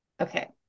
Okay